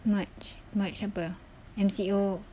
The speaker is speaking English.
march march apa M_C_O